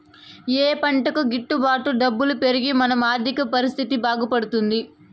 ఏ పంటకు గిట్టు బాటు డబ్బులు పెరిగి మన ఆర్థిక పరిస్థితి బాగుపడుతుంది?